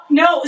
no